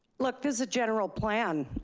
look, there's a general plan.